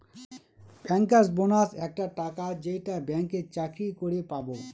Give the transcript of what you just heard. bankers bonus একটা টাকা যেইটা ব্যাঙ্কে চাকরি করে পাবো